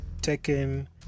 taken